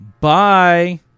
Bye